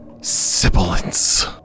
sibilance